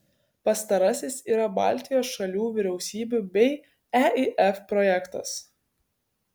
pastarasis yra baltijos šalių vyriausybių bei eif projektas